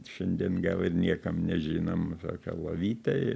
šiandien gal ir niekam nežinomą tokią lovytę